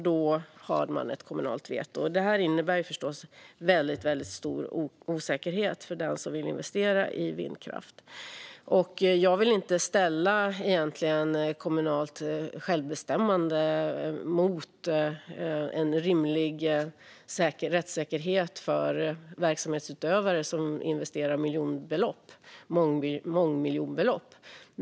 Då har man ett kommunalt veto, och det innebär förstås väldigt stor osäkerhet för den som vill investera i vindkraft. Jag vill egentligen inte ställa kommunalt självbestämmande mot en rimlig rättssäkerhet för verksamhetsutövare som investerar mångmiljonbelopp.